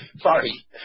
Sorry